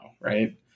Right